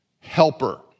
helper